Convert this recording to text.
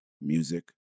Music